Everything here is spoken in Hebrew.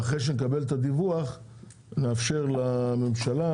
ואחרי שנקבל את הדיווח נאפשר לממשלה,